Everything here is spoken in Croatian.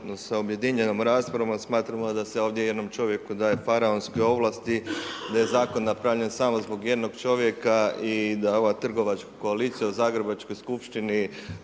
sa objedinjenom raspravom jer smatramo da se ovdje jednom čovjeku daje faraonske ovlasti, da je zakon napravljen samo zbog jednog čovjeka i da ova trgovačka koalicija u Zagrebačkoj skupštini